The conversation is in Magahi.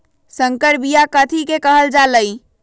संकर बिया कथि के कहल जा लई?